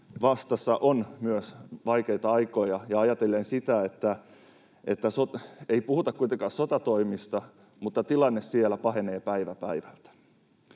vastassa on myös vaikeita aikoja ajatellen sitä, että ei puhuta kuitenkaan sotatoimista mutta tilanne siellä pahenee päivä päivältä.